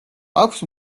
აქვს